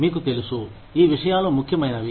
మీకు తెలుసు ఈ విషయాలు ముఖ్యమైనవి